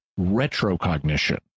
retrocognition